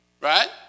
Right